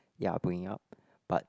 ya bringing up but